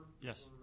Yes